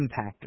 impactors